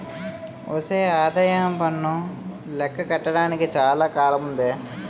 ఒసే ఆదాయప్పన్ను లెక్క కట్టడానికి చాలా కాలముందే